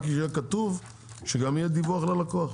רק יהיה כתוב שגם יהיה דיווח ללקוח.